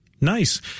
Nice